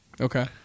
Okay